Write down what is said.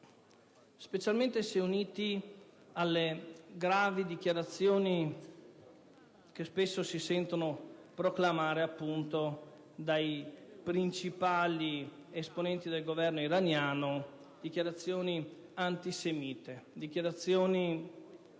specialmente se uniti alle gravi dichiarazioni che spesso si sentono dai principali esponenti del Governo iraniano, dichiarazioni antisemite e sicuramente